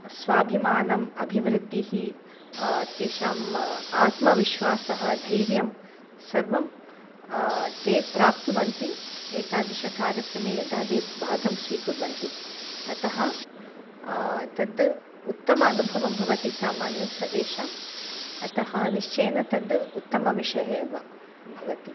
स्वाभिमानम् अभिवृद्दिः तेषाम् आत्मविश्वासः धैर्यं सर्वं ते प्राप्नुवन्ति एतादृशकार्यक्रमे यदा ते भागं स्वीकुर्वन्ति अतः तद् उत्तम अनुभवः भवति सामन्यं सर्वेषाम् अतः निश्चयेन तद् उत्तमविषयः एव भवति